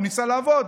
הוא ניסה לעבוד,